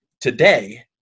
today